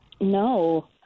No